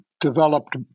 developed